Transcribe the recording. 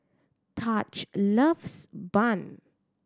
Taj loves Bun